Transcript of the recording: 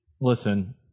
Listen